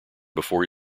before